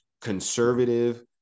conservative